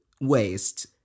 waste